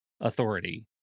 authority